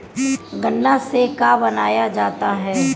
गान्ना से का बनाया जाता है?